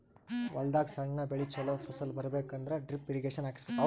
ಹೊಲದಾಗ್ ಸಣ್ಣ ಬೆಳಿ ಚೊಲೋ ಫಸಲ್ ಬರಬೇಕ್ ಅಂದ್ರ ಡ್ರಿಪ್ ಇರ್ರೀಗೇಷನ್ ಹಾಕಿಸ್ಬೇಕ್